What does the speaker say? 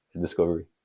discovery